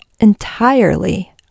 entirely